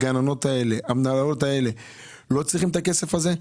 הגננות האלה, המנהלות האלה לא צריכות את הכסף הזה?